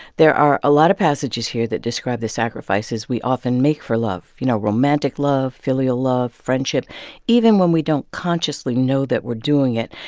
there are a lot of passages here that describe the sacrifices we often make for love you know, romantic love, filial love, friendship even when we don't consciously know that we're doing it.